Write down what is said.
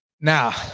Now